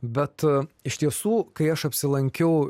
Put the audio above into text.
bet iš tiesų kai aš apsilankiau